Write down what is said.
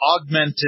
augmented